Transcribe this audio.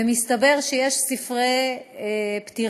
ומסתבר שיש ספרי פטירה,